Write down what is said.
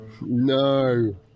No